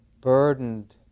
burdened